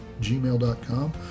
gmail.com